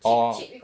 orh